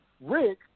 Rick